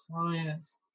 clients